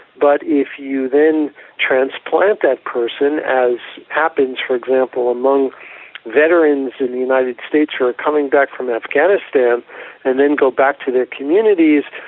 but if you then transplant that person as happens for example among veterans in the united states who are coming back from afghanistan and then go back to their communities,